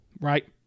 right